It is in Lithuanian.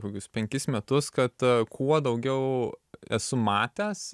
kokius penkis metus kad kuo daugiau esu matęs